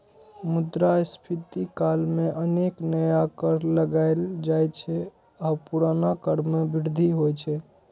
मुद्रास्फीति काल मे अनेक नया कर लगाएल जाइ छै आ पुरना कर मे वृद्धि होइ छै